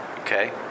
Okay